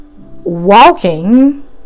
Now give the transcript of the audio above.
walking